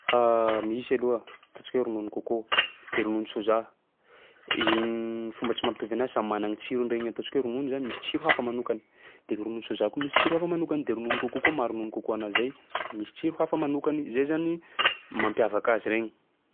Misy aloha, ataontsika hoe ronono coco de ronono soja, ign- fomba tsy mampitovy anazy samy mana gny tsirony regny ataontsika hoe ronono zany misy tsiro hafa manokany de ronono soja koa misy tsiro hafa manokany; de ronono coco koa, maha ronono coco anazy zay misy tsiro hafa manokany. Zay zany mampiavaka azy regny.